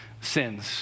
sins